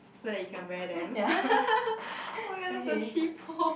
so that you can wear them oh my god that's so cheapo